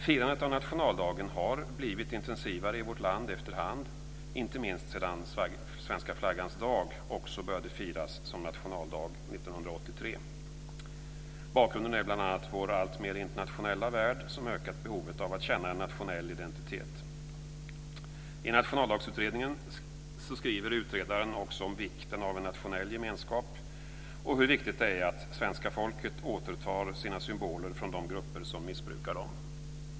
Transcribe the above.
Firandet av nationaldagen har efter hand blivit intensivare i vårt land, inte minst sedan svenska flaggans dag också började firas som nationaldag 1983. Bakgrunden är bl.a. vår alltmera internationella värld, som ökat behovet av att känna till en nationell identitet. I Nationaldagsutredningen skriver utredaren också om vikten av en nationell gemenskap och hur viktigt det är att svenska folket återtar sina symboler från de grupper som missbrukar dem.